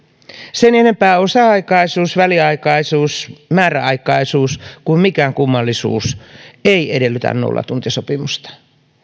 sen enempää osa aikaisuus väliaikaisuus määräaikaisuus kuin mikään kummallisuus ei edellytä nollatuntisopimusta